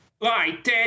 Right